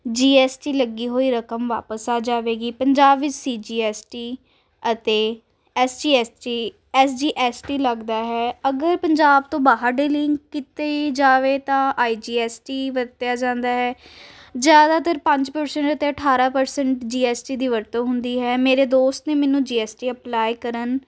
GST ਲੱਗੀ ਹੋਈ ਰਕਮ ਵਾਪਸ ਆ ਜਾਵੇਗੀ ਪੰਜਾਬ ਵਿੱਚ ਸੀਜੀਐਸਟੀ ਅਤੇ ਐਸਜੀਐਸਟੀ ਐਸਜੀਐਸਟੀ ਲੱਗਦਾ ਹੈ ਅਗਰ ਪੰਜਾਬ ਤੋਂ ਬਾਹਰ ਦੇ ਲਿੰਕ ਕਿਤੇ ਜਾਵੇ ਤਾਂ ਆਈਜੀਐਸਟੀ ਵਰਤਿਆ ਜਾਂਦਾ ਹੈ ਜ਼ਿਆਦਾਤਰ ਪੰਜ ਪ੍ਰਸੈਂਟ ਅਤੇ ਅਠਾਰ੍ਹਾਂ ਪ੍ਰਸੈਂਟ ਜੀਐਸਟੀ ਦੀ ਵਰਤੋਂ ਹੁੰਦੀ ਹੈ ਮੇਰੇ ਦੋਸਤ ਨੇ ਮੈਨੂੰ ਜੀਐਸਟੀ ਅਪਲਾਈ ਕਰਨ